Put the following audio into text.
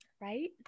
right